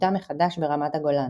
והתמקמותה מחדש ברמת הגולן.